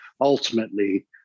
ultimately